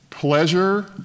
Pleasure